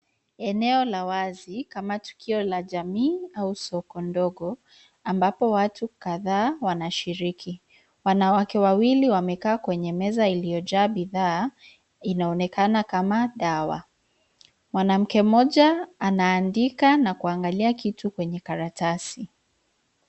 Eneo la wazi, kama tukio la jamii au soko ndogo, ambapo watu kadhaa wanashiriki. Wanawake wawili wamekaa kwenye meza iliyojaa bidhaa, inaonekana kama dawa. Mwanamke mmoja anaandika na kuangalia kitu kwenye karatasi